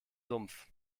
sumpf